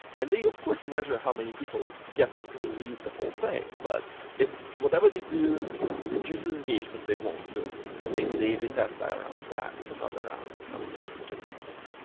and they of course measure how many people get to read the whole thing. but if whatever they do reduces engagement, they won't do it, and maybe they a b so around that and not around like how many people click on stuff.